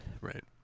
Right